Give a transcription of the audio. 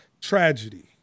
tragedy